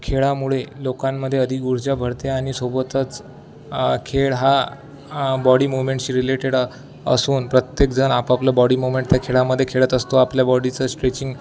खेळामुळे लोकांमध्ये अधिक ऊर्जा भरते आणि सोबतच खेळ हा बॉडी मुवमेंटशी रिलेटेड आ असून प्रत्येकजण आपापलं बॉडी मुवमेंट त्या खेळामध्ये खेळत असतो आपल्या बॉडीचं स्ट्रेचिंग